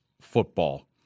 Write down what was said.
football